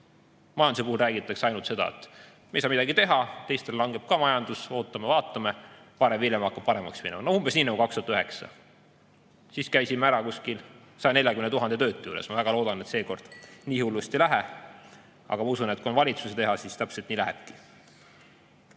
Majanduse puhul räägitakse ainult seda, et me ei saa midagi teha, teistel ka majandus langeb, ootame-vaatame, varem või hiljem hakkab paremaks minema. No umbes nii nagu aastal 2009. Siis [jõudsime] kuskil 140 000 töötuni. Ma väga loodan, et seekord nii hullusti ei lähe. Aga ma usun, et kui on valitsuse teha, siis täpselt nii lähebki.